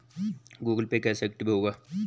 Google Pay कैसे active होगा?